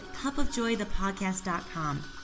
cupofjoythepodcast.com